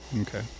Okay